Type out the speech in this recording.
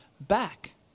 back